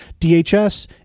DHS